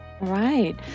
right